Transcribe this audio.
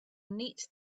neat